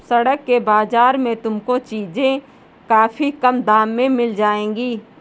सड़क के बाजार में तुमको चीजें काफी कम दाम में मिल जाएंगी